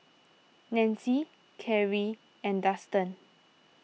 Nanci Kari and Dustan